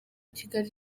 kigali